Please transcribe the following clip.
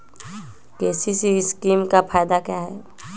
KCC scheme का फायदा क्या है?